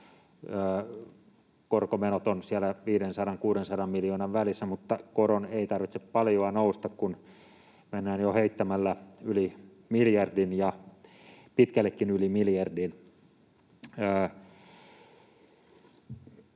Korkomenot ovat 500—600 miljoonan välissä, mutta koron ei tarvitse paljoa nousta, kun mennään jo heittämällä yli miljardin ja pitkällekin yli miljardin.